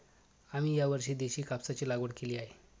आम्ही यावर्षी देशी कापसाची लागवड केली आहे